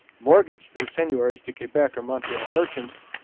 mortgaged their seigneuries to quebec or montreal merchants,